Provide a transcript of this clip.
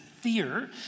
fear